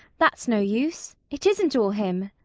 that's no use. it isn't all him.